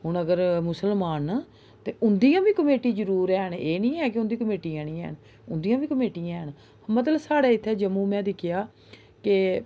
हून अगर मुस्लमान न ते उं'दियां बी कमेंटियां जरूर हैन एह् निं ऐ कि उं'दियां कमेटियां निं हैन उं'दियां बी कमेटियां हैन मतलब साढ़ै इत्थै जम्मू में दिक्खेआ कि